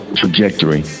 trajectory